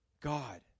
God